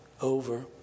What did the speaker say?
over